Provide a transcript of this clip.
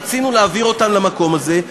רצינו להעביר אותם למקום הזה,